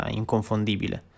inconfondibile